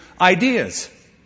ideas